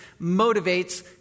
motivates